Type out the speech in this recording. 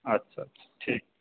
আচ্ছা আচ্ছা ঠিক